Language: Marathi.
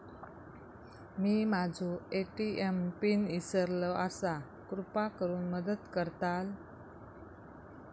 मी माझो ए.टी.एम पिन इसरलो आसा कृपा करुन मदत करताल